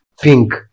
pink